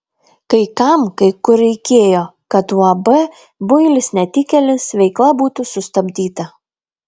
kai kam kai kur reikėjo kad uab builis netikėlis veikla būtų sustabdyta